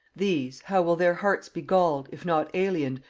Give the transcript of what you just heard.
these, how will their hearts be galled, if not aliened,